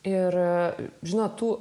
ir žinoma tų